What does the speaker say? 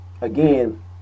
again